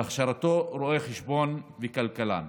בהכשרתו הוא רואה חשבון וכלכלן.